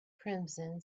crimson